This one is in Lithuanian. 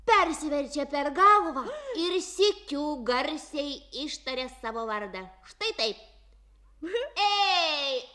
persiverčia per galvą ir sykiu garsiai ištaria savo vardą štai taip ei